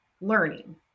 learning